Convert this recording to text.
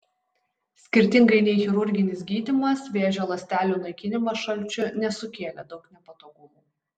skirtingai nei chirurginis gydymas vėžio ląstelių naikinimas šalčiu nesukėlė daug nepatogumų